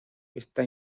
está